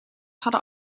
hadden